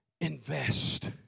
invest